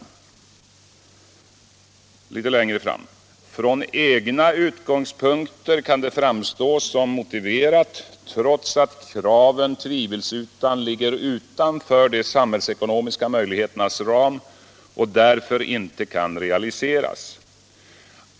——-— Från egna utgångs Allmänpolitisk debatt 55 Allmänpolitisk debatt punkter kan detta framstå som motiverat trots att kraven tvivelsutan ligger utanför de samhällsekonomiska möjligheternas ram och därför inte kan realiseras.